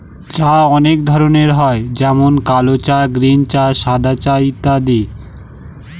চা অনেক ধরনের হয় যেমন কাল চা, গ্রীন চা, সাদা চা ইত্যাদি